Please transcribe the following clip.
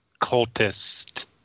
cultist